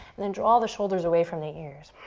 and then draw the shoulders away from the ears.